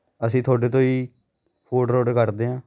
ਅਸੀਂ ਤੁਹਾਡੇ ਤੋਂ ਹੀ ਫੂਡਰ ਔਡਰ ਕਰਦੇ ਹਾਂ